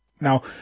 now –